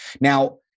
Now